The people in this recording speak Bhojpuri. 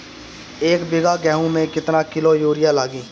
एक बीगहा गेहूं में केतना किलो युरिया लागी?